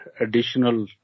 additional